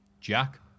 Jack